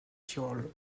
tyrol